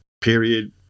Period